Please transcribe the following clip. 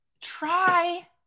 try